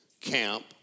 camp